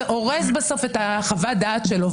ואורז בסוף את חוות הדעת שלו,